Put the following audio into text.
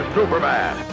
Superman